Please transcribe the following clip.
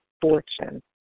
fortune